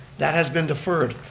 that has been deferred.